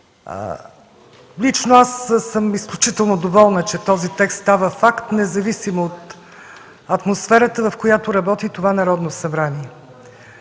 Лично аз съм изключително доволна, че този текст става факт, независимо от атмосферата, в която работи това Народно събрание.